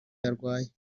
yarwaye